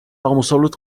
აღმოსავლეთ